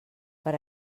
per